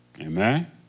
Amen